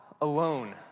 alone